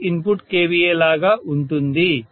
ఇదే input kVA లాగా ఉంటుంది